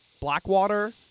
Blackwater